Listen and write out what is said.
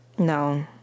no